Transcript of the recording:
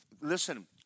listen